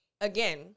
again